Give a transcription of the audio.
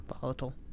volatile